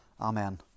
Amen